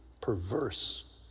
perverse